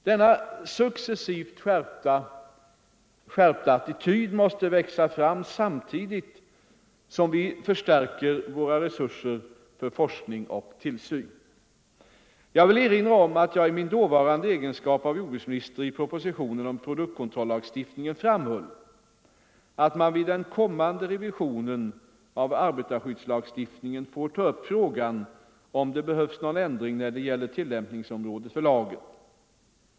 Denna successivt skärpta attityd måste växa fram samtidigt som vi förstärker våra resurser för forskning och tillsyn. Jag vill erinra om att jag i min dåvarande egenskap av jordbruksminister i propositionen om produktkontrollagstiftningen framhöll att man vid den kommande revisionen av arbetarskyddslagstiftningen får ta upp frågan, om det behövs någon ändring när det gäller tillämpningsområdet för lagen.